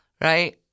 right